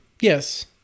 Yes